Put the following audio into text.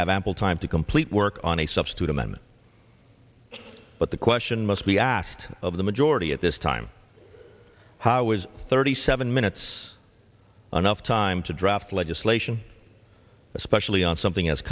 have ample time to complete work on a substitute amendment but the question must be asked of the majority at this time how is thirty seven minutes another time to draft legislation especially on something as